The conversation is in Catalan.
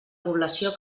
població